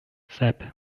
sep